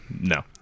No